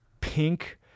pink